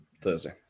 Thursday